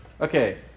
okay